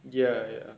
ya ya